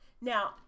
Now